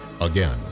Again